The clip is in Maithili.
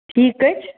ठीक अछि